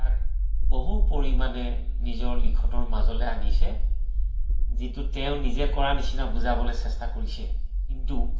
তাক বহু পৰিমাণে নিজৰ লিখনৰ মাজলৈ আনিছে যিটো তেওঁ নিজে কৰা নিচিনা বুজাবলৈ চেষ্টা কৰিছে কিন্তু